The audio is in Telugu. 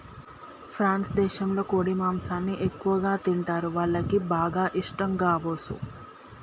ఫ్రాన్స్ దేశంలో కోడి మాంసాన్ని ఎక్కువగా తింటరు, వాళ్లకి బాగా ఇష్టం గామోసు